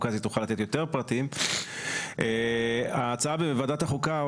מלווה את ההצעה בוועדת החוקה והיא תוכל לתת יותר פרטים.